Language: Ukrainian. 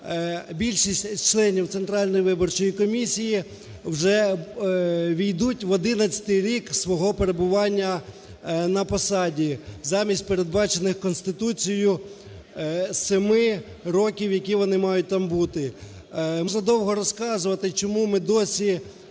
більшість членів Центральної виборчої комісії вже ввійдуть в одинадцятий рік свого перебування на посаді замість передбачених Конституцією семи років, які вони мають там бути. Можна довго розказувати, чому ми досі